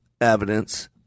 evidence